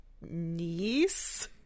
niece